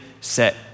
set